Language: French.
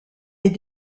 est